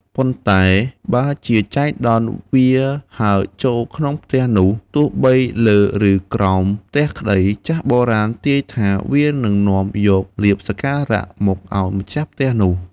ប៉ុន្តែ បើជាចៃដន្យវាហើរចូលក្នុងផ្ទះនោះ ទោះបីលើ ឬក្រោមផ្ទះក្ដី ចាស់បុរាណទាយថាវានឹងនាំយកលាភសក្ការៈមកឱ្យម្ចាស់ផ្ទះនោះ។